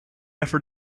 effort